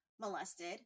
molested